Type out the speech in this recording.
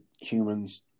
humans